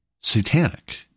satanic